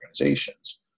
organizations